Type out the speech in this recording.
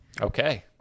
Okay